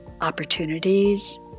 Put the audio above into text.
opportunities